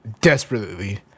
desperately